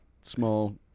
Small